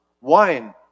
Wine